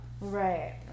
Right